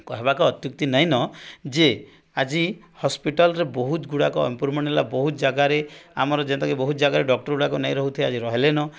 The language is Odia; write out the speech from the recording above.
କହିବାକୁ ଅତ୍ୟୁକ୍ତି ନାଇଁ ଯେ ଆଜି ହସ୍ପିଟାଲରେ ବହୁତ ଗୁଡ଼ାକ ଇମ୍ପ୍ରୁଭମେଣ୍ଟ ହେଲାଣି ବହୁତ ଜାଗାରେ ଆମର ଯେଉଁଟାକି ବହୁତ ଜାଗାରେ ଡକ୍ଟରଗୁଡ଼ାକ ରହୁଛନ୍ତି ଆଜି ରହିଲେଣି